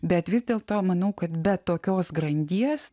bet vis dėlto manau kad be tokios grandies